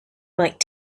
might